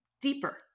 deeper